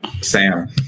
Sam